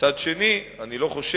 מצד שני, אני לא חושב,